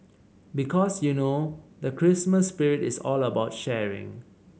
because you know the Christmas spirit is all about sharing